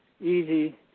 easy